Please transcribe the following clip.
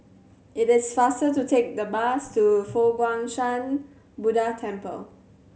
it is faster to take the bus to Fo Guang Shan Buddha Temple